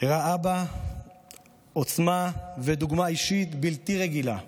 הראה אבא עוצמה ודוגמה אישית בלתי רגילה.